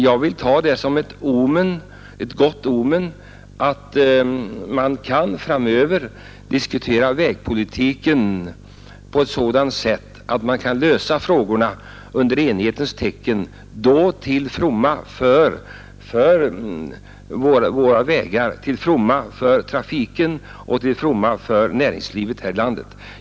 Jag vill ta det som ett gott omen, så att man framöver kan diskutera vägpolitiken på ett sådant sätt att man tillika kan lösa frågorna i enighetens tecken till fromma för vägarna, trafiken och näringslivet här i landet.